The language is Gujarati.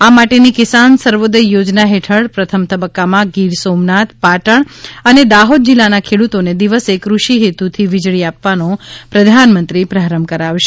આ માટેની કિસાન સર્વોદય યોજના હેઠળ પ્રથમ તબક્કામાં ગીર સોમનાથ પાટણ અને દાહોદ જિલ્લાના ખેડૂતોને દિવસે ફષિહેતુથી વીજળી આપવાનો પ્રધાનમંત્રી પ્રારંભ કરાવશે